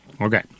Okay